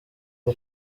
rwo